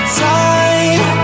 time